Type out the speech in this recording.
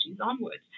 onwards